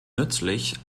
nützlich